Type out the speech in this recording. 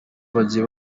abagiye